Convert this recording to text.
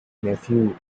nephew